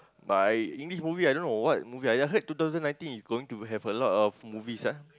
but I English movie I dunno what movie I I heard two thousand nineteen is going to have a lot of movies ah